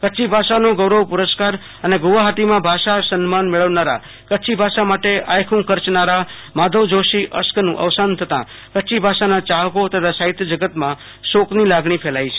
કચ્છી ભાષાનો ગોરવ પુરસ્કાર અને ગુવાહતીમાં ભાષા સન્માન મેળવવારા કચ્છી ભાષા માટે આયખ્ં ખર્ચનારા માધવ જોશી અશ્કનું અવસાન થતાં કચ્છી ભાષાના ચાહકો તથા સાહિત્ય જગતમાં શોકની લાગણી છવાઈ ગઈ છે